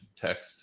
text